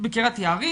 בקרית יערים.